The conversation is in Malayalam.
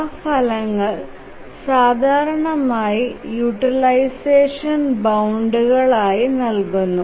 ആ ഫലങ്ങൾ സാധാരണയായി യൂട്ടിലൈസഷൻ ബൌണ്ട്കളായി നൽകുന്നു